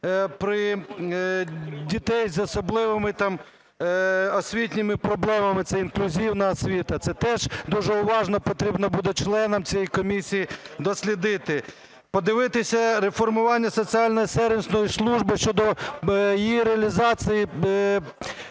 дітей з особливими освітніми проблемами – це інклюзивна освіта. Це теж дуже уважно потрібно буде членам цієї комісії дослідити. Подивитись реформування соціальної сервісної служби щодо її реалізації